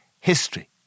history